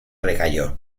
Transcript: recayó